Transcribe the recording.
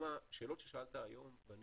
לדוגמה השאלות ששאלת היום, ואני